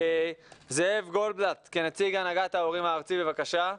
זאב גולדבלט כנציג הנהגת ההורים הארצית בבקשה.